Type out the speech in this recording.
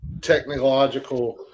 technological